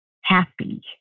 happy